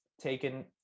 taken